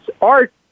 art